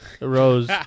Rose